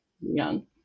Young